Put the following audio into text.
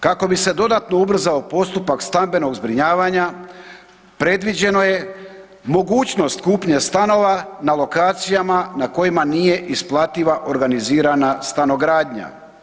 Kako bi se dodatno ubrzao postupak stambenog zbrinjavanja, predviđeno je mogućnost kupnje stanova na lokacijama na kojima nije isplativa organizirana stanogradnja.